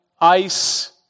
ice